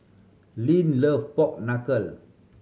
Lyn love pork knuckle